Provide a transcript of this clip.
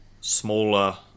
smaller